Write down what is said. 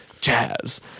jazz